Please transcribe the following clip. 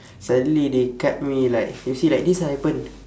suddenly they cut me like you see like this ah happen